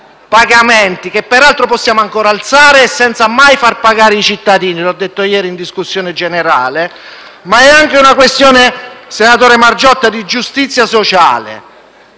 pagamenti, che peraltro possiamo ancora alzare, senza mai far pagare i cittadini, come ho detto ieri in discussione generale. Ma è anche una questione di giustizia sociale,